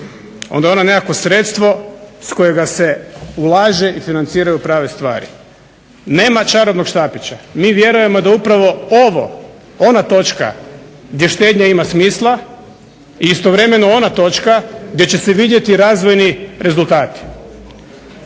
onda je ona nekakvo sredstvo iz kojega se ulaže i financiraju prave stvari. Nema čarobnog štapića. Mi vjerujemo da upravo ovo, ona točka gdje štednja ima smisla i istovremeno ona točka gdje će se vidjeti razvojni rezultati.